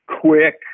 quick